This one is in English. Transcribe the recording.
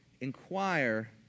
inquire